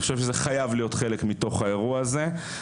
אני חושב שזה חייב להיות חלק מתוך האירוע הזה.